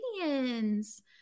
Canadians